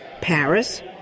Paris